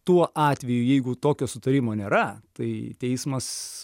tuo atveju jeigu tokio sutarimo nėra tai teismas